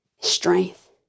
Strength